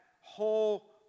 whole